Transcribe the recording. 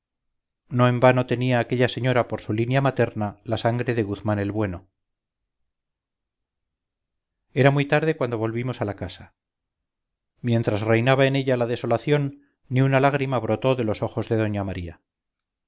no en vano tenía aquella señora por su línea materna la sangre de guzmán el bueno era muy tarde cuando volvimos a la casa mientrasreinaba en ella la desolación ni una lágrima brotó de los ojos de doña maría